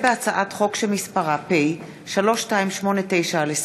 איימן עודה,